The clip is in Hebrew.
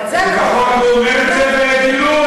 לפחות הוא אומר את זה בגלוי.